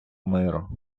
миру